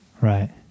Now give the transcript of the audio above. right